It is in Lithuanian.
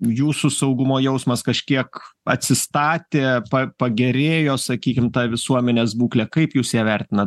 jūsų saugumo jausmas kažkiek atsistatė pa pagerėjo sakykim ta visuomenės būklė kaip jūs ją vertinat